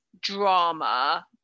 drama